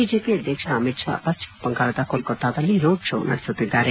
BJP ಅಧ್ಯಕ್ಷ ಅಮಿತ್ ಷಾ ಪಶ್ಚಿಮ ಬಂಗಾಳದ ಕೋಲ್ತತ್ತಾದಲ್ಲಿ ರೋಡ್ಶೋ ನಡೆಸುತ್ತಿದ್ದಾರೆ